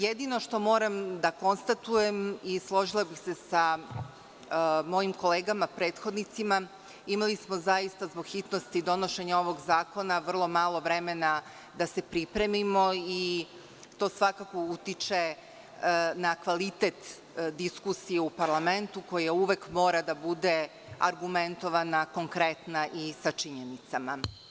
Jedino što moram da konstatujem i složila bih se sa mojim kolegama prethodnicima, imali smo zaista zbog hitnosti donošenja ovog zakona vrlo malo vremena da se pripremimo i to svakako utiče na kvalitet diskusije u parlamentu koja uvek mora da bude argumentovana, konkretna i sa činjenicama.